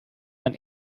man